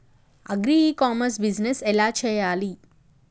Agri e commerce business ఎలా చెయ్యాలి?